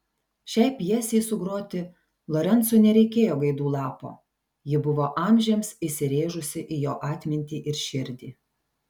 šiai pjesei sugroti lorencui nereikėjo gaidų lapo ji buvo amžiams įsirėžusi į jo atmintį ir širdį